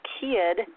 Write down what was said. kid